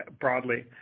broadly